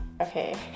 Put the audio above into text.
Okay